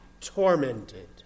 tormented